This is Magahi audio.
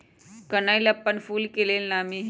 कनइल अप्पन फूल के लेल नामी हइ